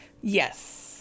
Yes